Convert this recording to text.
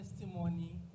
Testimony